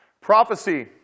Prophecy